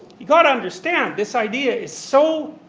you've got to understand, this idea is so,